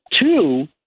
Two